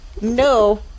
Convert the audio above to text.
no